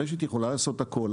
הרשת יכולה לעשות הכול,